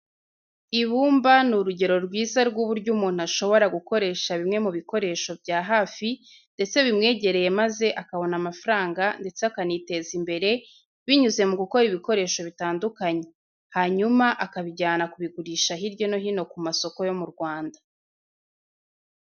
Ibumba ni urugero rwiza rw'uburyo umuntu ashobora gukoresha bimwe mu bikoresho bya hafi ndetse bimwegereye maze akabona amafaranga ndetse akaniteza imbere, binyuze mu gukora ibikoresho bitandukanye, hanyuma akabijyana kubigurisha hirya no hino ku masoko yo mu Rwanda.